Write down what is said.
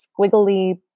squiggly